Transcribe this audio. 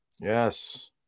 Yes